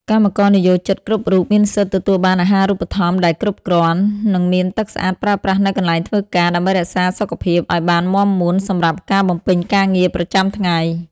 កម្មករនិយោជិតគ្រប់រូបមានសិទ្ធិទទួលបានអាហារូបត្ថម្ភដែលគ្រប់គ្រាន់ និងមានទឹកស្អាតប្រើប្រាស់នៅកន្លែងធ្វើការ ដើម្បីរក្សាសុខភាពឱ្យបានមាំមួនសម្រាប់ការបំពេញការងារប្រចាំថ្ងៃ។